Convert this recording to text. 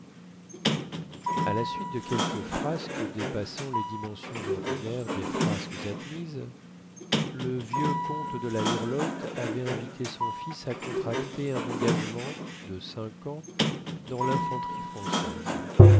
à la suite de quelques frasques dépassant les dimensions ordinaires des frasques admises le vieux comte de la hurlotte avait invité son fils à contracter un engagement de cinq ans dans linfanterie française